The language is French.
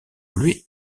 lui